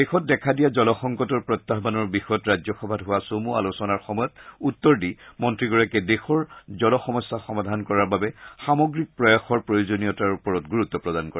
দেশত দেখা দিয়া জলসংকটৰ প্ৰত্যাহানৰ বিষয়ত ৰাজ্যসভাত হোৱা চমু আলোচনাৰ সময়ত উত্তৰ দি মন্ত্ৰীগৰাকীয়ে দেশৰ জলসমস্যা সমাধান কৰাৰ বাবে সামগ্ৰিক প্ৰয়াসৰ প্ৰয়োজনৰ ওপৰত গুৰুত্ প্ৰদান কৰে